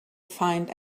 find